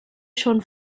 schon